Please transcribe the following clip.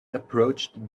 approached